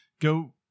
go